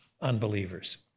unbelievers